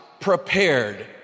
prepared